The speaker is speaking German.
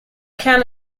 kern